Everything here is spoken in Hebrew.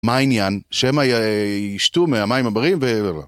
מה העניין? שהם ישתו מהמים הבריאים ו...